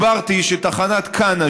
הסברתי שתחנת כנא,